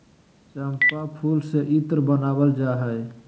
चम्पा फूल से इत्र बनावल जा हइ